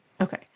okay